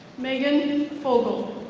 megan fogle.